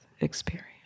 experience